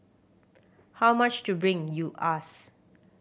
how much to bring you ask